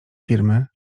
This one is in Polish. firmy